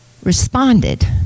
responded